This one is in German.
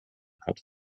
hat